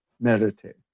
meditate